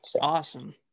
Awesome